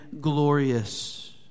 glorious